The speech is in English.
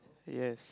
yes